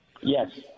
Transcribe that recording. Yes